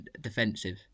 defensive